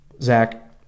Zach